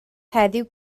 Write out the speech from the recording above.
heddiw